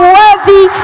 worthy